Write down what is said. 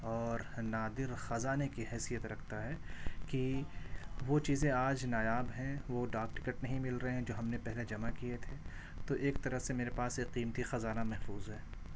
اور نادر خزانے کی حیثیت رکھتا ہے کہ وہ چیزیں آج نایاب ہیں وہ ڈاک ٹکٹ نہیں مل رہے ہیں جو ہم نے پہلے جمع کیے تھے تو ایک طرح سے میرے پاس ایک قیمتی خزانہ محفوظ ہے